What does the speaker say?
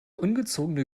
ungezogene